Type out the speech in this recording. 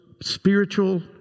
spiritual